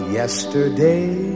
yesterday